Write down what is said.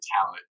talent